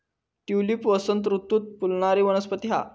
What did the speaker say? tulip वसंत ऋतूत फुलणारी वनस्पती हा